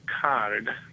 CARD